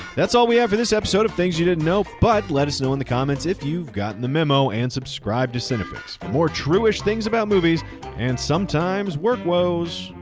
that's all we have for this episode of things you didn't know, but let us know in the comments if you've got and the memo and subscribe to cinefix. for more true-ish things about movies and sometimes work woes,